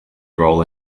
role